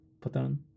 pattern